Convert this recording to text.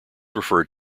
referred